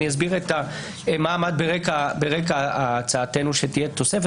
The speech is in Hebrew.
אני אסביר מה עמד ברקע הצעתנו שתהיה תוספת.